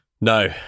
No